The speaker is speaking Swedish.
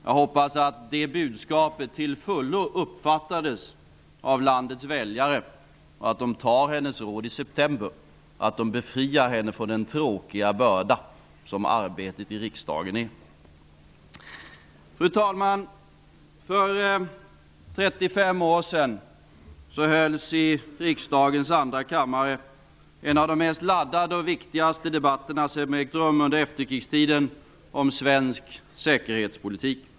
Jag hoppas att det budskapet till fullo uppfattades av landets väljare och att de tar henne på orden i september och befriar henne från den tråkiga börda som arbetet i riksdagen innebär. Fru talman! För 35 år sedan hölls i riksdagens andra kammare en av de mest laddade och viktigaste debatterna som ägt rum under efterkrigstiden om svensk säkerhetspolitik.